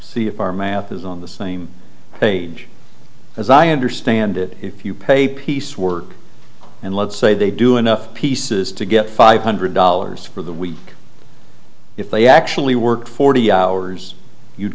see if our math is on the same page as i understand it if you pay piecework and let's say they do enough pieces to get five hundred dollars for the week if they actually work forty hours you'd